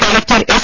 collector S